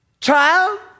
child